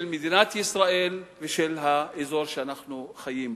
של מדינת ישראל ושל האזור שאנחנו חיים בו.